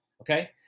okay